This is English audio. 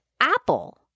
Apple